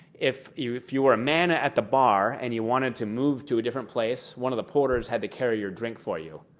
if you if you were a man at the bar and you wanted to move to a different place, one of the porters had to carry your drink for you.